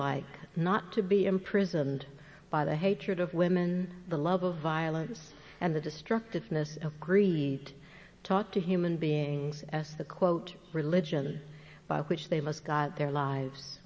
like not to be imprisoned by the hatred of women the love of violence and the destructiveness of greed talk to human beings as the quote religion by which they must got their lives